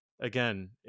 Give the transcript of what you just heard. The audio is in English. again